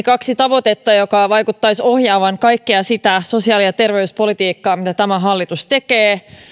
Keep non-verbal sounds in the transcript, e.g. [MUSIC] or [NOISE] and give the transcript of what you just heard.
[UNINTELLIGIBLE] kaksi tavoitetta jotka vaikuttaisivat ohjaavan kaikkea sitä sosiaali ja terveyspolitiikkaa mitä tämä hallitus tekee